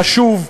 חשוב,